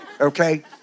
Okay